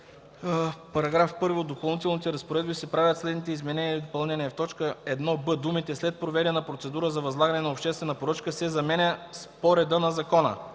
В § 1 от Допълнителните разпоредби се правят следните изменения и допълнения: 1. В т. 1б думите „след проведена процедура за възлагане на обществена поръчка” се заменят с „по реда на закона”.